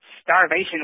starvation